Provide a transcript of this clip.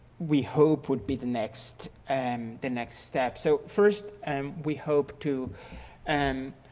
we hope will be the next and the next step. so first, and we hope to and